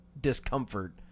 discomfort